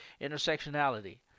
intersectionality